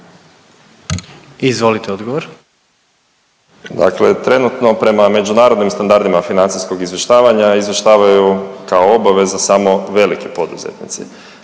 **Zoričić, Davor** Dakle trenutno prema međunarodnim standardima financijskog izvještavanja izvještavaju kao obaveza samo veliki poduzetnici,